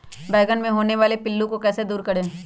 बैंगन मे होने वाले पिल्लू को कैसे दूर करें?